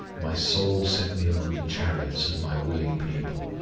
my soul set me among the chariots of my willing people.